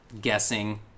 guessing